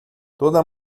toda